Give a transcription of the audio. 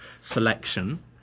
selection